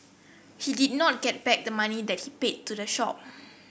he did not get back the money that he paid to the shop